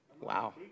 Wow